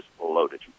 loaded